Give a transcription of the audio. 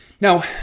now